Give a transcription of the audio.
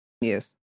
Yes